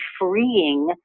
freeing